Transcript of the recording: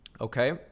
Okay